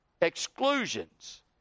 Exclusions